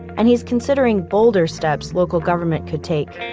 and he's considering bolder steps local government could take.